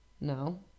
No